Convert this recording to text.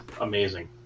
amazing